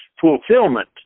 fulfillment